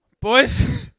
Boys